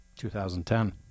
2010